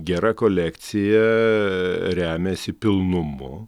gera kolekcija remiasi pilnumu